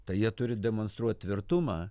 tai jie turi demonstruot tvirtumą